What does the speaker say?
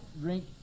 drink